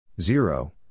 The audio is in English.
zero